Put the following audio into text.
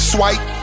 Swipe